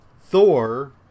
Thor